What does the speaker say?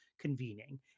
convening